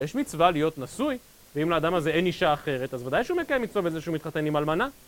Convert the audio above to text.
יש מצווה להיות נשוי, ואם לאדם הזה אין אישה אחרת, אז ודאי שהוא מקיים מצווה בזה שהוא מתחתן עם אלמנה.